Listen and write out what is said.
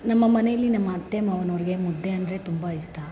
ನಮ್ಮ ಮನೆಯಲ್ಲಿ ನಮ್ಮ ಅತ್ತೆ ಮಾವನವ್ರಿಗೆ ಮುದ್ದೆ ಅಂದರೆ ತುಂಬ ಇಷ್ಟ